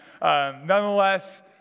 Nonetheless